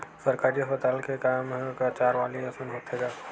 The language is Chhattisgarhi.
सरकारी अस्पताल के काम ह चारवाली असन होथे गा